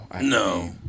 No